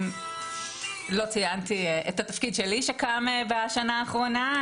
לא ציינתי את התפקיד שלי שקם בשנה האחרונה.